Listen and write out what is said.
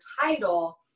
title